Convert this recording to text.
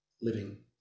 living